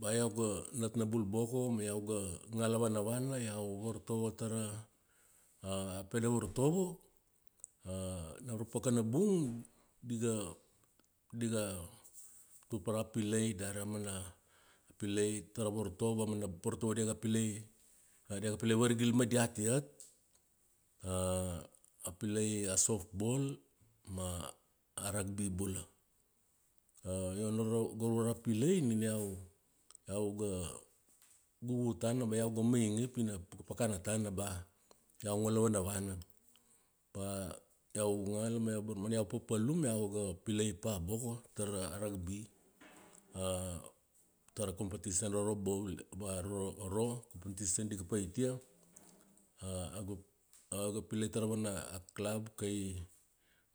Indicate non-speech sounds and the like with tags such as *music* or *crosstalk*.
Bea iau ga, natnabul boko, ma iau ga, ngala vanavana, iau vartovo tara, a pede vartovo, a nam ra pakana bung, diga, diga tur pa ra pilai dari a mana pilai tara vartovo. A mana vartovo diga pilai, *hesitation* diaga pilai vargil ma diat iat. *hesitation* A pilai a softball, ma a ragby bula. *hesitation* A io nam ra, go ra ura pilai nina iau, iau ga, gugu tana, bea iau ga mainge pi iau na pakapaka pakana tana ba iau ngala vanavana. Ba, iau ngala ma iau barmana, iau papalum, iau ga pilai pa boko, tara a ragby *hesitation* tara competition aro Rabaul. *hesitation* Bea, aro, aro,a competition di ga pait ia *hesitation* iau ga pilai tara vana clab kai